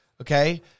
Okay